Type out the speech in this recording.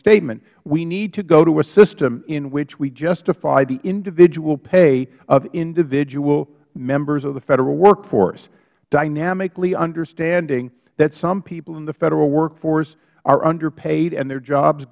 statement we need to go to a system in which we justify the individual pay of individual members of the federal workforce dynamically understanding that some people in the federal workforce are underpaid and their jobs